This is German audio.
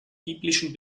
biblischen